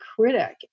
critic